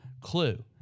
Clue